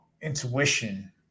intuition